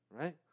right